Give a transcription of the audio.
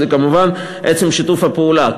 שזה כמובן עצם שיתוף הפעולה,